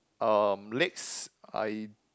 um legs I